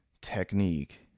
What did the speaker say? technique